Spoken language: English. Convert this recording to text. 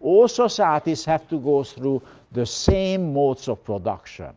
all societies have to go through the same modes of production